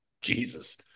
Jesus